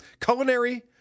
culinary